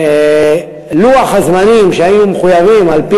לוח הזמנים שהיינו מחויבים לו על-פי